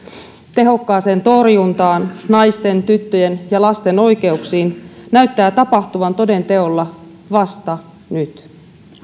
tehokkaaseen torjuntaan naisten tyttöjen ja lasten oikeuksiin näyttää tapahtuvan toden teolla vasta nyt